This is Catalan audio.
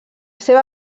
seva